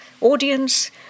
audience